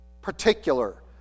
particular